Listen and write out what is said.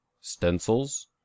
stencils